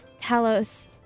Talos